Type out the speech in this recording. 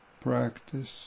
practice